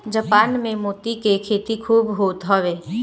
Japan में मोती के खेती खूब होत हवे